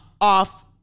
off